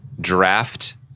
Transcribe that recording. draft